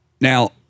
Now